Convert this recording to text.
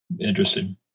interesting